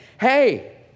Hey